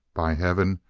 by heaven,